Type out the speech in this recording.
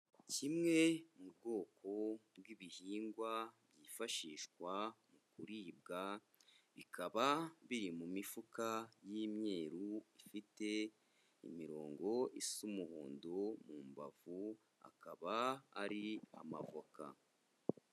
Kimwe mu bwoko bw'ibihingwa byifashishwa mu kuribwa bikaba biri mu mifuka y'imyeru ifite imirongo isa umuhondo mu mbavu, akaba ari amavoka.